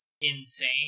insane